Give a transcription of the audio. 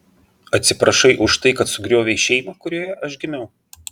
atsiprašai už tai kad sugriovei šeimą kurioje aš gimiau